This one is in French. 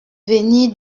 venir